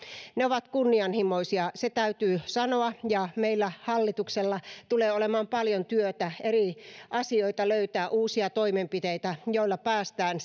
ne ovat kunnianhimoisia se täytyy sanoa ja meillä hallituksella tulee olemaan paljon työtä eri asioita löytää uusia toimenpiteitä joilla päästään